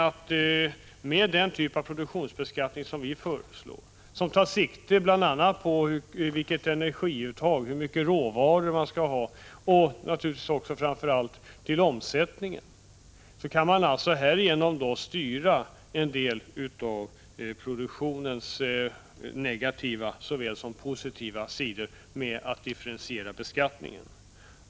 Med den typ av produktionsbeskattning som vi föreslår, med sikte bl.a. på energiuttag, mängden råvaror och framför allt omsättningen, kan man nämligen styra en del av produktionens såväl negativa som positiva sidor genom att differentiera beskattningen.